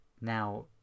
now